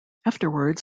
afterwards